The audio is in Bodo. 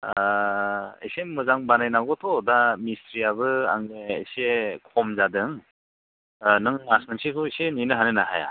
एसे मोजां बानायनांगौथ' दा मिस्थ्रिआबो आंनिया एसे खम जादों नों मास मोनसेखौ एसे नेनो हागोन ना हाया